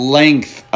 length